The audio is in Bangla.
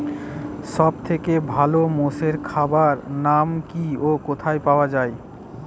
সব থেকে ভালো মোষের খাবার নাম কি ও কোথায় পাওয়া যায়?